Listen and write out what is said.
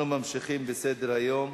אנחנו ממשיכים בסדר-היום.